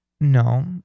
No